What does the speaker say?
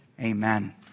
Amen